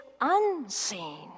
unseen